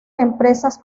empresas